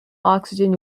oxygen